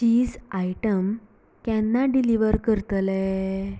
चीज item केन्ना deliver करतले